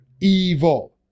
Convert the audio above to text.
Evil